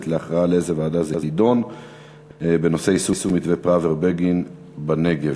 להכרעה באיזו ועדה יידון הנושא: יישום מתווה פראוור-בגין בנגב.